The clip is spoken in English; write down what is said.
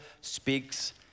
speaks